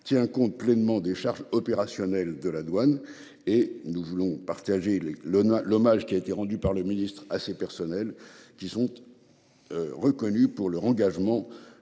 tient compte pleinement des charges opérationnelles de la douane et nous voulons partager les l'hommage qui a été rendu par le ministre assez personnels qui sont. Reconnues pour leur engagement,